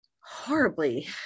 horribly